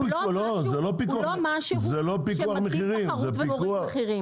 לא משהו שמגדיל תחרות ומוריד מחירים.